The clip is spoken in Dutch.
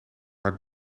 haar